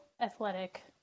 athletic